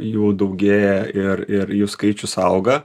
jų daugėja ir ir jų skaičius auga